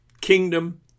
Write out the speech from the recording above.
kingdom